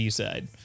side